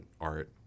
art